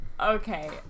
Okay